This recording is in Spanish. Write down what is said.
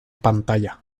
pantalla